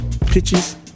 Pitches